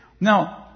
Now